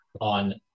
on